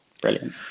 brilliant